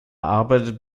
arbeitet